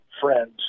friends